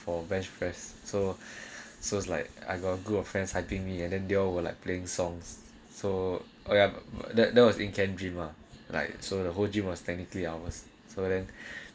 for so so it's like I got a group of friends I think me and then there were like playing songs so oh yeah but that that was in can dream lah like so the whole gym was technically hours so then